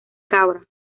cabra